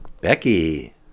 Becky